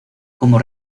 como